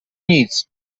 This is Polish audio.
nic